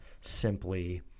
simply